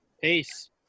peace